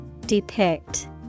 Depict